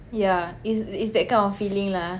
ya it's it's that kind of feeling lah